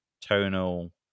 tonal